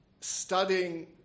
Studying